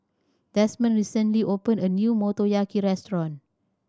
Desmond recently opened a new Motoyaki Restaurant